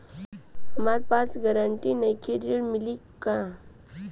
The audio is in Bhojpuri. हमरा पास ग्रांटर नईखे ऋण मिली का?